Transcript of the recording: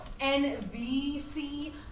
NVC